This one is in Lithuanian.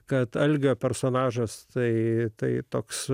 kad algio personažas tai tai toks